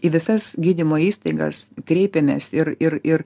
į visas gydymo įstaigas kreipėmės ir ir ir